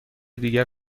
دیگر